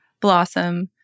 blossom